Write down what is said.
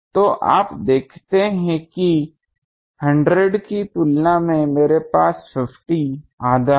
तो आप देखते हैं कि 100 की तुलना में मेरे पास 50 आधा है